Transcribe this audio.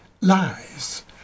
lies